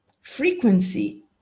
frequency